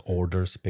orders